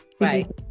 Right